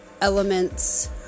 elements